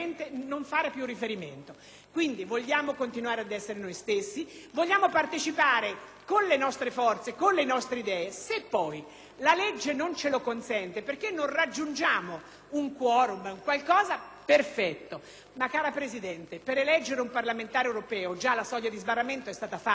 con le nostre forze, con le nostre idee. Se poi la legge non ce lo consente perché non raggiungiamo un *quorum*, va bene; ma, cara Presidente, per eleggere un parlamentare europeo la soglia di sbarramento è già stata fatta, perché i seggi sono stati portati a 72 e per eleggere un Parlamento europeo ci vogliono 370.000-380.000